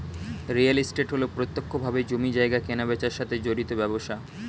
real estate হল প্রত্যক্ষভাবে জমি জায়গা কেনাবেচার সাথে জড়িত ব্যবসা